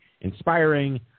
inspiring